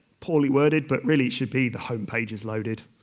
poorly worded, but really it should be the home page is loaded.